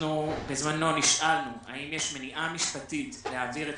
בזמנו נשאלנו האם יש מניעה משפטית להעביר את